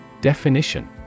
Definition